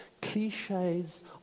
Cliches